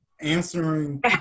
answering